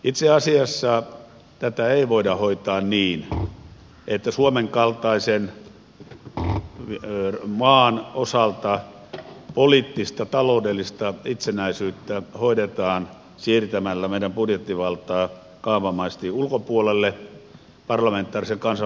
itse asiassa tätä ei voida hoitaa niin että suomen kaltaisen maan osalta poliittista taloudellista itsenäisyyttä hoidetaan siirtämällä meidän budjettivaltaamme kaavamaisesti ulkopuolelle parlamentaarisen kansanvaltaisen järjestelmän